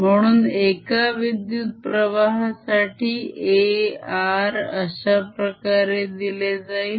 म्हणून एका विद्युत्प्रवाहासाठी A r अश्याप्रकारे दिले जाईल